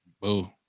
boo